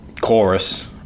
chorus